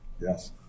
Yes